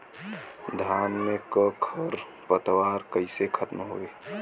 धान में क खर पतवार कईसे खत्म होई?